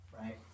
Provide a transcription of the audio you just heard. right